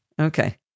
okay